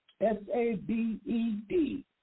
S-A-B-E-D